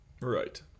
Right